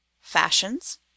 fashions